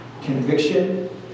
conviction